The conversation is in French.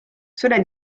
cela